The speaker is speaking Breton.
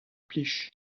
plij